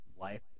life